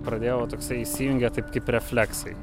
pradėjau toksai įsijungė taip kaip refleksai